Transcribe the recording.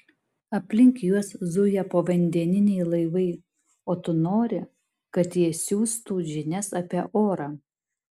aplink juos zuja povandeniniai laivai o tu nori kad jie siųstų žinias apie orą